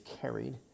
carried